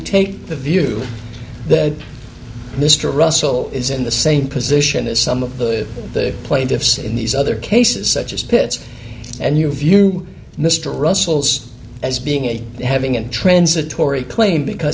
take the view the mr russell is in the same position as some of the the plaintiffs in these other cases such as pits and you view mr russell's as being a having a transitory claim because